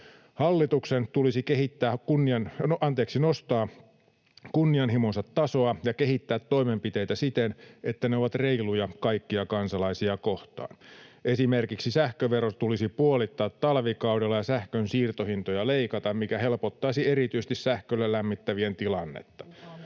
Hallituksen tulisi nostaa kunnianhimonsa tasoa ja kehittää toimenpiteitä siten, että ne ovat reiluja kaikkia kansalaisia kohtaan. Esimerkiksi sähkövero tulisi puolittaa talvikaudella ja sähkön siirtohintoja leikata, mikä helpottaisi erityisesti sähköllä lämmittävien tilannetta.